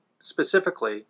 Specifically